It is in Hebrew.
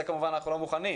ולזה כמובן אנחנו לא מוכנים.